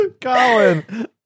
Colin